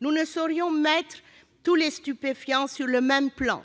Nous ne saurions mettre tous les stupéfiants sur le même plan,